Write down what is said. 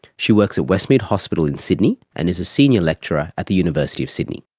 she works at westmead hospital in sydney and is a senior lecturer at the university of sydney.